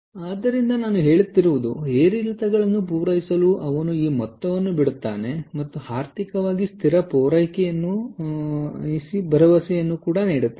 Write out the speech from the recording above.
ಆದ್ದರಿಂದ ನಾನು ಹೇಳುತ್ತಿರುವುದು ಏರಿಳಿತಗಳನ್ನು ಪೂರೈಸಲು ಅವನು ಈ ಮೊತ್ತವನ್ನು ಬಿಡುತ್ತಾನೆ ಮತ್ತು ಆರ್ಥಿಕವಾಗಿ ಸ್ಥಿರ ಪೂರೈಕೆಯನ್ನು ಕಳುಹಿಸಿ ಮತ್ತು ಭರವಸೆ ನೀಡುತ್ತಾನೆ